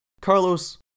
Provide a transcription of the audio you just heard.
Carlos